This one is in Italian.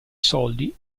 soldi